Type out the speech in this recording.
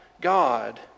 God